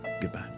Goodbye